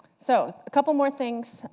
so a couple more things,